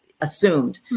assumed